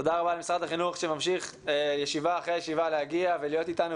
תודה רבה למשרד החינוך שממשיך ישיבה אחרי ישיבה להגיע ולהיות איתנו.